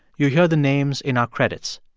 you hear the names in our credits.